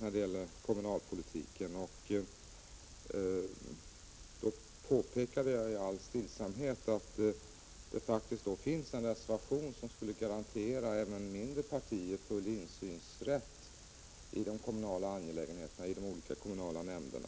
när det gäller kommunalpolitiken. Jag påpekade då i all stillsamhet att det finns en reservation som skulle garantera även mindre partier full insynsrätt i angelägenheterna i de olika kommunala nämnderna.